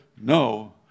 no